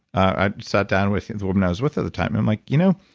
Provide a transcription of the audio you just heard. i sat down with the woman i was with at the time. i'm like, you know,